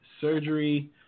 surgery